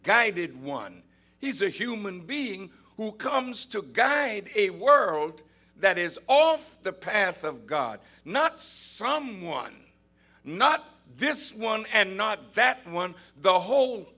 guided one he's a human being who comes to guide a world that is all of the path of god not some one not this one and not that one the whole